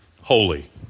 holy